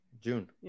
June